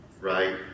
Right